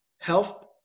Health